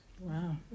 Wow